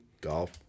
Golf